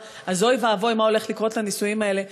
אז אוי ואבוי מה הולך לקרות לנישואים האלה.